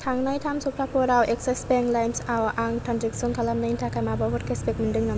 थांनाय थाम सप्ताफोराव एक्सिस बेंक लाइम्सआव आं ट्रेन्जेक्सन खालामनायनि थाखाय माबाफोर केसबेक मोन्दों नामा